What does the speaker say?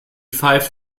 pfeift